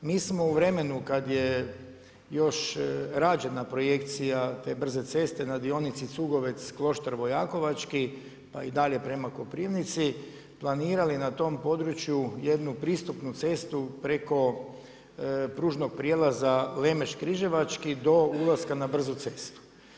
Mi smo u vremenu kad je još rađena projekcija te brze ceste, na dionici Cugovec-Kloštar Vojakovački, pa i dalje prema Koprivnici, planirali na tom području jednu pristupnu cestu preko pružnog prijelaza Lemeš Križevački do ulaska na brzu cestu.